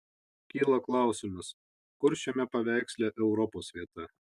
kyla klausimas kur šiame paveiksle europos vieta